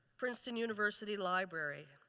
princeton university library.